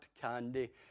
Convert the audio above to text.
candy